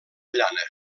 llana